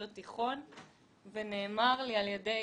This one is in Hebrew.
היה אמור לצאת